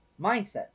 Mindset